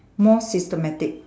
more systematic